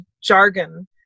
jargon